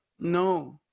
No